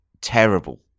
terrible